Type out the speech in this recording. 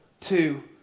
two